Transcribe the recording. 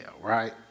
Right